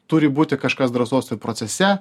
turi būti kažkas drąsos ir procese